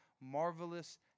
marvelous